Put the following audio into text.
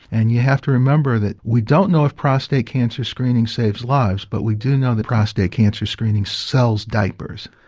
and you have to remember that we don't know if prostate cancer screening saves lives but we do know that prostate cancer screening sells diapers.